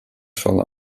fall